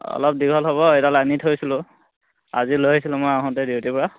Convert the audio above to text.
অলপ দীঘল হ'ব এডাল আনি থৈছিলোঁ আজি লৈ আহিছিলোঁ মই আহোঁতে ডিউটিৰ পৰা